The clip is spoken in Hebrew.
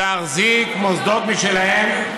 "להחזיק מוסדות משלהם,